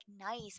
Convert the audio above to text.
nice